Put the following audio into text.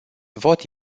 vot